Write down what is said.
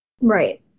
Right